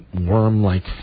worm-like